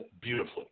beautifully